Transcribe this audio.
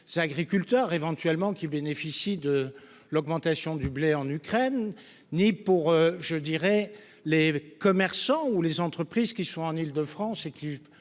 c'est agriculteurs éventuellement qui bénéficient de l'augmentation du blé en Ukraine ni pour, je dirais, les commerçants ou les entreprises qui sont en Île-de-France et qui